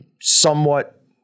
somewhat